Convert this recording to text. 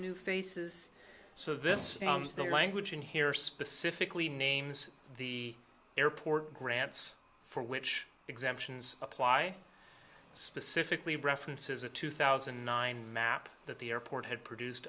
new faces so this is the language in here specifically names the airport grants for which exemptions apply specifically references a two thousand and nine map that the airport had produced